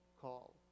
call